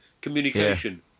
communication